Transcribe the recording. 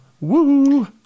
Woo